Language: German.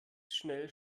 schnell